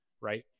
right